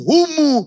Humu